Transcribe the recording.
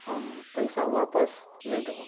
हम पइसा वापस नहि देबऽ